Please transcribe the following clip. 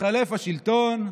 התחלף השלטון,